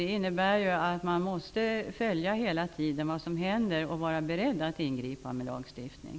Det innebär att man hela tiden måste följa vad som händer och vara beredd att ingripa med lagstiftning.